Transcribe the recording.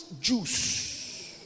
juice